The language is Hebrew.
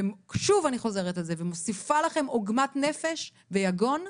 ושוב אני חוזרת על זה ומוסיפה לכם עוגמת נפש ויגון,